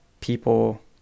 people